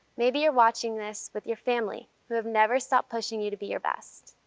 maybe you're watching this with your family who have never stopped pushing you to be your best.